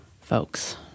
folks